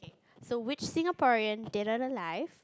so which Singaporean dead or alive